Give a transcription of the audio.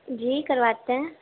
جی کرواتے ہیں